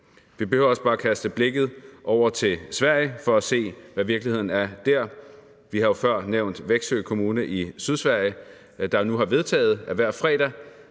Vi behøver også bare at kaste blikket over mod Sverige for at se, hvad virkeligheden er der. Vi har jo før nævnt Växjö kommune i Sydsverige, der nu har vedtaget, at hver fredag